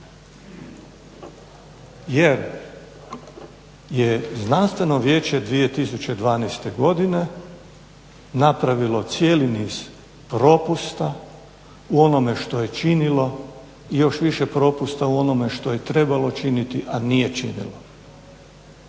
jer je znanstveno vijeće 2012.godine napravio cijeli niz propusta u onome što je činilo i još više propusta u onome što je trebalo činiti a nije činilo.